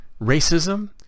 racism